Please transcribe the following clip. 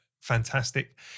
fantastic